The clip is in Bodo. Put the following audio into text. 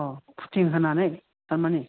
फुथिं होनानै थारमानि